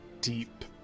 deep